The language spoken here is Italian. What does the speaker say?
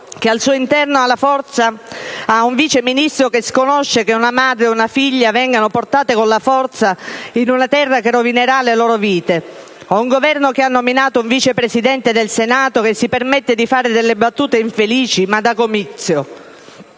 che al suo interno ha un Vice Ministro che sconosce che una madre e una figlia vengano portate con la forza in una terra che rovinerà le loro vite o un Governo che ha nominato un Vice Presidente del Senato che si permette di fare delle battute infelici, ma da comizio.